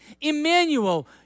Emmanuel